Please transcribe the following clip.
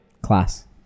Class